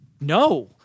no